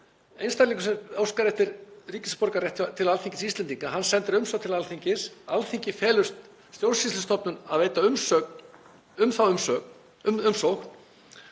Einstaklingur sem óskar eftir ríkisborgararétti til Alþingis Íslendinga sendir umsókn til Alþingis. Alþingi felur stjórnsýslustofnun að veita umsögn um þá umsókn.